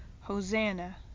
Hosanna